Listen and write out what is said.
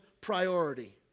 priority